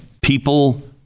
people